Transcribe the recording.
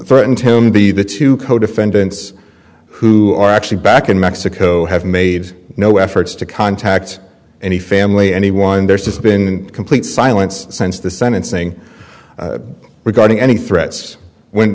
approached the the two co defendants who are actually back in mexico have made no efforts to contact any family anyone there's just been complete silence since the sentencing regarding any threats when